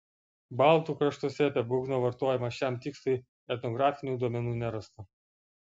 baltų kraštuose apie būgno vartojimą šiam tikslui etnografinių duomenų nerasta